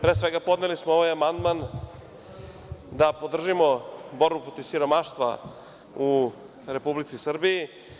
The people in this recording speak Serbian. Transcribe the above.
Pre svega, podneli smo ovaj amandman da podržimo borbu protiv siromaštva u Republici Srbiji.